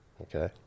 Okay